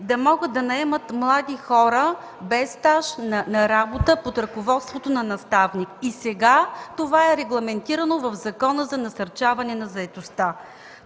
да могат да наемат млади хора без стаж на работа под ръководството на наставник. И сега това е регламентирано в Закона за насърчаване на заетостта.